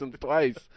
twice